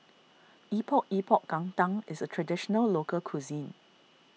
Epok Epok Kentang is a Traditional Local Cuisine